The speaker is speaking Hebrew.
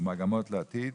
ומגמות לעתיד.